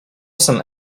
some